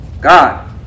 God